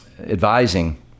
advising